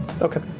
Okay